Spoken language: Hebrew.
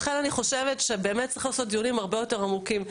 לכן אני חושבת שבאמת צריך לעשות דיונים הרבה יותר עמוקים,